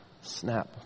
snap